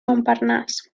montparnasse